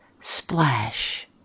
splash